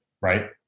right